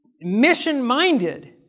mission-minded